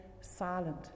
silent